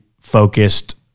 focused